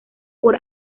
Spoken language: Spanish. por